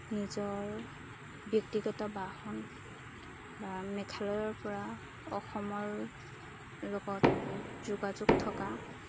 নিজৰ ব্যক্তিগত বাহন বা মেঘালয়ৰপৰা অসমৰ লগত যোগাযোগ থকা